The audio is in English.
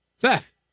Seth